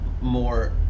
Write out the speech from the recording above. more